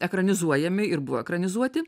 ekranizuojami ir buvo ekranizuoti